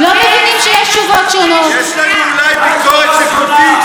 יש לנו אולי ביקורת שיפוטית,